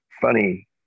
funny